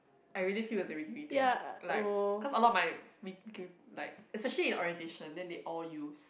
I really feel it's a Wee-Kim-Wee thing like cause a lot of my Wee Kim like especially in orientation then they all use